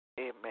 Amen